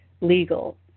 legal